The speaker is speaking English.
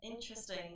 Interesting